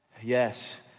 Yes